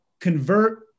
convert